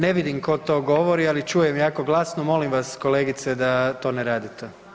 Ne vidim ko to govori, ali čujem jako glasno, molim vas kolegice da to ne radite.